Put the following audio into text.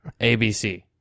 ABC